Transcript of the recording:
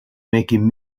making